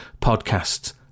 podcasts